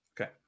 Okay